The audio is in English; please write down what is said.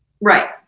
Right